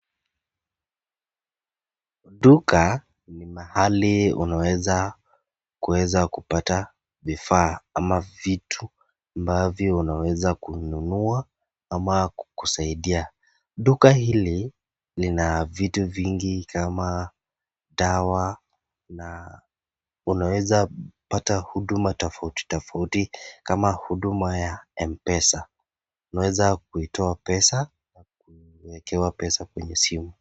Duka ni mahali unaweza kupata vivaa ama vitu ambavyo unaweza kununua kuzaidia duka hili lina vitu vingi kama dawa na unaweza pata huduma tafauti tafauti kama huduma ya mpesa unaweza kiitoa pesa ama kuwekewa pesa kwenye simu.